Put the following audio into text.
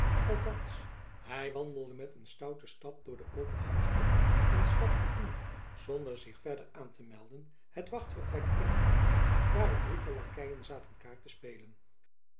althands hy wandelde met een stouten stap door de open huisdeur en stapte toen zonder zich verder aan te melden het wachtvertrek in waar een drietal lakeien zaten kaart te spelen